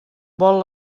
vol